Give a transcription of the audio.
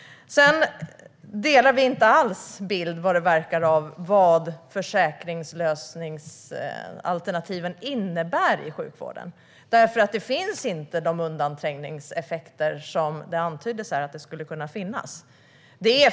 Vi delar vad det verkar inte alls uppfattning om vad försäkringslösningsalternativen innebär i sjukvården. De undanträngningseffekter som antyddes här finns inte.